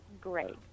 great